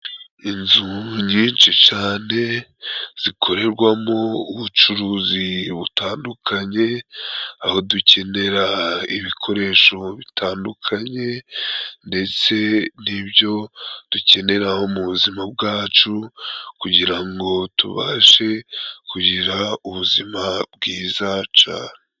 Inzu nyinshi cane zikorerwamo ubucuruzi butandukanye aho dukenera ibikoresho bitandukanye ndetse n'ibyo dukeneraho mu buzima bwacu kugira ngo tubashe kugira ubuzima bwizaca